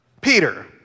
Peter